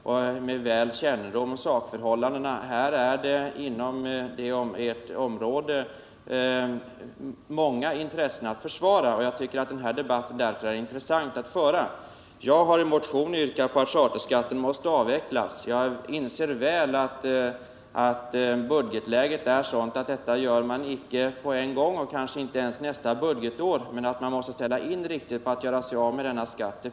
Han har god kännedom om sakförhållandena och vet att det inom detta område finns många intressen att försvara. Det är därför intressant att föra den här debatten. Jag har i motion yrkat på avveckling av charterskatten. Jag inser väl att budgetläget är sådant att man inte gör det på en gång och kanske inte ens nästa budgetår. Men det är fullt klart att man måste ställa in siktet på att göra sig av med denna skatt.